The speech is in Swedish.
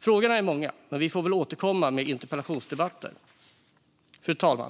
Frågorna är många, men vi får väl återkomma i interpellationsdebatter. Fru talman!